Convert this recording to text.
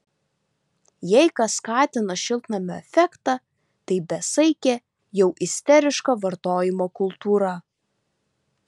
jei kas skatina šiltnamio efektą tai besaikė jau isteriška vartojimo kultūra